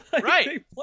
Right